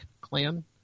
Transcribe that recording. clan